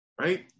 right